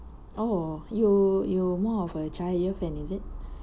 oh you you more of a cahaya fan is it